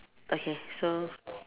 okay so